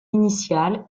initial